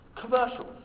commercials